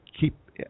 keep